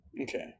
Okay